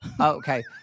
Okay